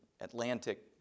Atlantic